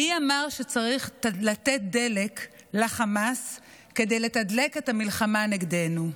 מי אמר שצריך לתת דלק לחמאס כדי לתדלק את המלחמה נגדנו?